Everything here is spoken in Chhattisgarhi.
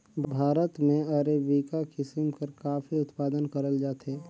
भारत में अरेबिका किसिम कर काफी उत्पादन करल जाथे